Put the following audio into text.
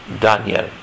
Daniel